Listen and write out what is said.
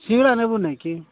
ଶୀଘ୍ର ନେବୁ ନାହିଁ କି